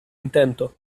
intento